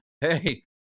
hey